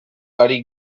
buddy